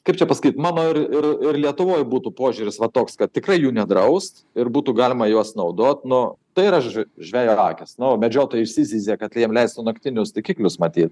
kaip čia pasakyt mano ir ir ir lietuvoj būtų požiūris va toks kad tikrai jų nedraust ir būtų galima juos naudot nu tai yra ž žvejo akys nu medžiotojai išsizyzė kad jiem leistų naktinius taikiklius matyt